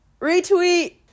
retweet